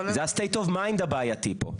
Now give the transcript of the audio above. זה ה-state of mind הבעייתי פה.